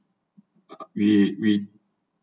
we we